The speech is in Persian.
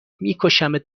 میکشمت